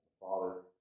father